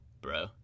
bro